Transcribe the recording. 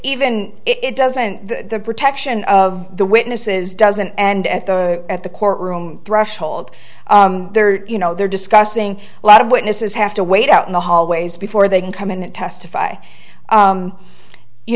even it doesn't the protection of the witnesses doesn't end at the at the courtroom threshold you know they're discussing a lot of witnesses have to wait out in the hallways before they can come in and testify